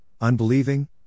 unbelieving